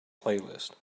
playlist